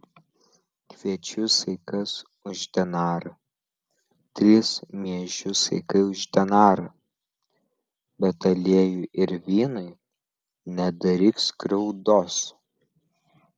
kviečių saikas už denarą trys miežių saikai už denarą bet aliejui ir vynui nedaryk skriaudos